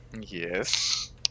Yes